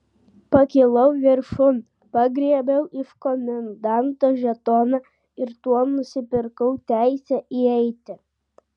pakilau viršun pagriebiau iš komendanto žetoną ir tuo nusipirkau teisę įeiti